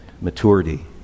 maturity